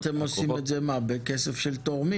אתם עושים את זה בכסף של תורמים?